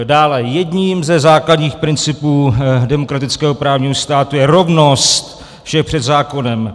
Dále, jedním ze základních principů demokratického právního státu je rovnost všech před zákonem.